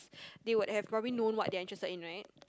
they would have probably known what they are interested in right